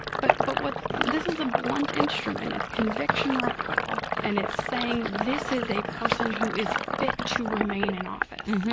but but what? this is a blunt instrument. it's conviction or acquittal. and it's saying this is a person who is fit to remain in office.